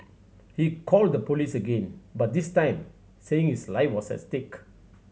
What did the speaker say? he called the police again but this time saying his life was as stake